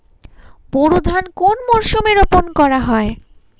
বোরো ধান কোন মরশুমে রোপণ করা হয়?